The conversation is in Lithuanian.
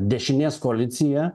dešinės koalicija